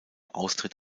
austritt